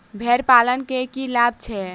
भेड़ पालन केँ की लाभ छै?